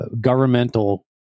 governmental